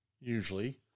usually